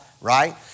right